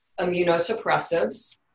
immunosuppressives